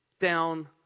down